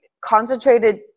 concentrated